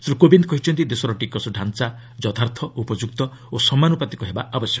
ଶ୍ରୀ କୋବିନ୍ଦ୍ କହିଛନ୍ତି ଦେଶର ଟିକସ ଡାଞ୍ଚା ଯଥାର୍ଥ ଉପଯୁକ୍ତ ଓ ସମାନୁପାତିକ ହେବା ଉଚିତ